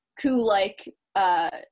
coup-like